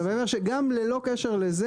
אבל אני אומר שגם ללא קשר לזה,